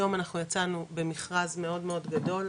היום אנחנו יצאנו במכרז מאד מאוד גדול,